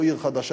לא עיר חדשה,